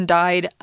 died